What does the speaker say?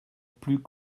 plus